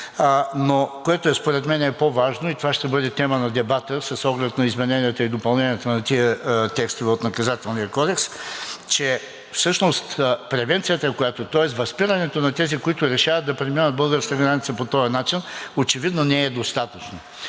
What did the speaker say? но което, според мен, е по-важно и ще бъде тема на дебата, с оглед изменението и допълнението на тия текстове от Наказателния кодекс, че всъщност превенцията, тоест възпирането на тези, които решават да преминат българската граница по този начин, очевидно не е достатъчно.